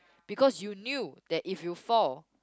because you knew that if you fall